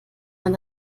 man